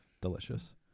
delicious